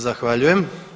Zahvaljujem.